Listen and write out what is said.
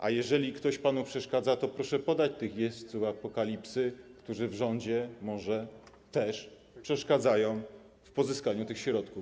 A jeżeli ktoś panu przeszkadza, to proszę podać tych jeźdźców Apokalipsy, którzy w rządzie może też przeszkadzają w pozyskaniu tych środków.